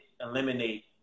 eliminate